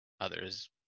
others